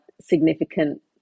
significant